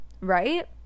right